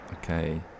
Okay